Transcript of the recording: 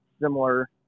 similar